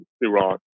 Iran